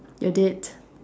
you did